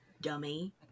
dummy